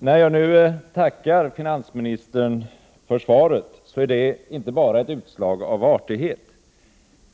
Herr talman! När jag nu tackar för finansministerns svar, är det inte bara ett utslag av artighet.